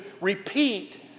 repeat